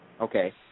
Okay